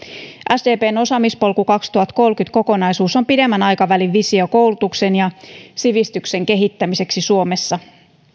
sdpn osaamispolku kaksituhattakolmekymmentä kokonaisuus on pidemmän aikavälin visio koulutuksen ja sivistyksen kehittämiseksi suomessa